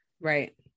Right